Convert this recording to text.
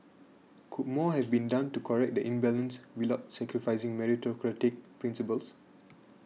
could more have been done to correct the imbalance without sacrificing meritocratic principles